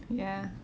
ya